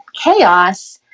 chaos